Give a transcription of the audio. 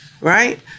right